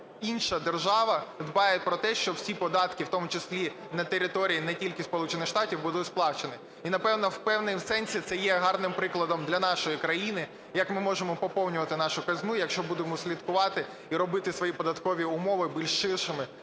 інша держава дбає про те, щоб всі податки, в тому числі на території не тільки Сполучених Штатів, були сплачені. І, напевно, в певному сенсі це є гарним прикладом для нашої країни, як ми можемо поповнювати нашу казну, якщо будемо слідкувати і робити свої податкові умови більш